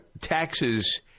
taxes